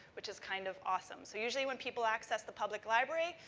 which is kind of awesome. so, usually, when people access the public library,